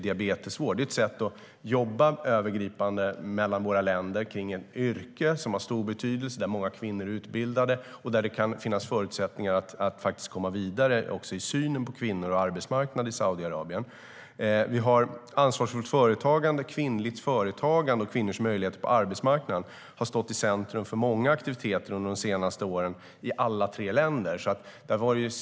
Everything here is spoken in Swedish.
Det är ett sätt att arbeta övergripande mellan våra länder med ett yrke som har stor betydelse, där många kvinnor är utbildade och där det finns förutsättningar att komma vidare i synen på kvinnor på arbetsmarknaden i Saudiarabien. Ansvarsfullt företagande, kvinnligt företagande och kvinnors möjligheter på arbetsmarknaden har stått i centrum för många aktiviteter under de senaste åren i alla dessa tre länder.